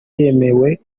yemerewe